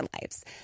lives